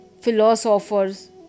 philosophers